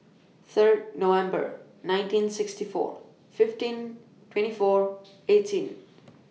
Third November nineteen sixty four fifteen twenty four eighteen